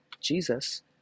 Jesus